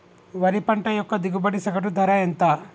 వరి పంట యొక్క దిగుబడి సగటు ధర ఎంత?